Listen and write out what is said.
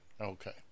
Okay